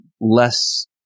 less